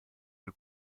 più